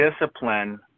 discipline